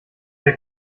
der